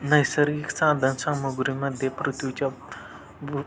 नैसर्गिक साधन सामुग्रीमध्ये पृथ्वीच्या भु